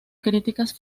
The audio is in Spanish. críticas